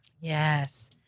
Yes